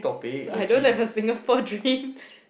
I don't have a Singapore dream